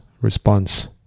response